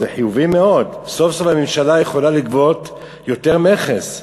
זה חיובי מאוד: סוף-סוף הממשלה יכולה לגבות יותר מכס.